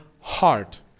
heart